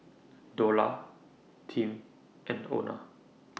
Dola Tim and Ona